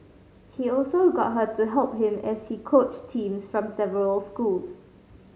he also got her to help him as he coached teams from several schools